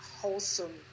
wholesome